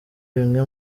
bimwe